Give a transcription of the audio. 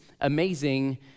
amazing